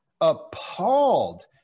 appalled